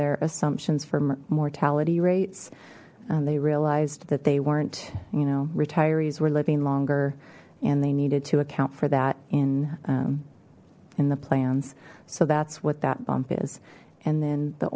their assumptions for mortality rates and they realized that they weren't you know retirees were living longer and they needed to account for that in in the plans so that's what that bump is and then the